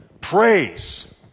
praise